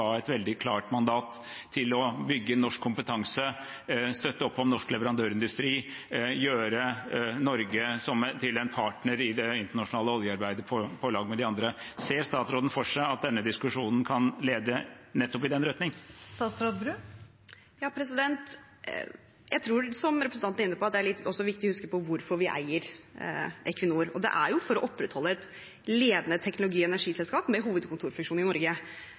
et veldig klart mandat til å bygge norsk kompetanse, støtte opp om norsk leverandørindustri, gjøre Norge til en partner i det internasjonale oljearbeidet på lag med de andre. Ser statsråden for seg at denne diskusjonen kan lede nettopp i den retning? Jeg tror, som representanten er inne på, det er litt viktig å huske på hvorfor vi eier Equinor. Det er for å opprettholde et ledende teknologi- og energiselskap med hovedkontorfunksjon i Norge,